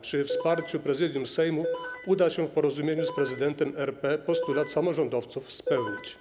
Przy wsparciu Prezydium Sejmu uda się w porozumieniu z prezydentem RP postulat samorządowców spełnić.